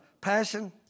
passion